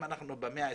אם אנחנו במאה ה-21,